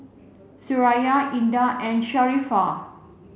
Suraya Indah and Sharifah